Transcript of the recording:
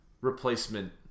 replacement